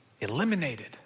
eliminated